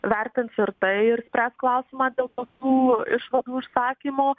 vertins ir tai ir spręs klausimą dėl tokių išvadų užsakymo